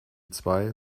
zwei